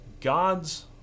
God's